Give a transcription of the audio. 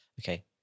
Okay